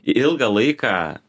ilgą laiką